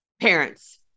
parents